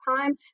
time